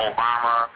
Obama